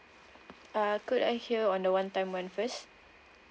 uh could I hear on the one time [one] first